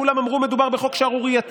כולם אמרו: מדובר בחוק שערורייתי,